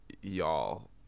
y'all